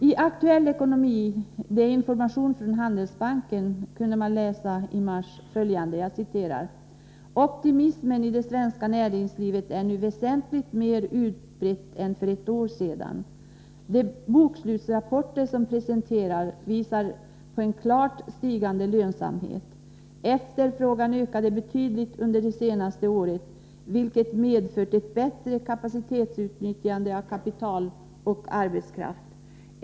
I Aktuell ekonomi, information från Handelsbanken, i mars kunde man läsa följande: ”Optimismen i det svenska näringslivet är nu väsentligt mer utbredd än för ett år sedan. De bokslutsrapporter som presenteras visar på en klart stigande lönsamhet. Efterfrågan ökade betydligt under det senaste året vilket medfört ett bättre kapacitetsutnyttjande av kapital och arbetskraft.